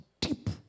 Deep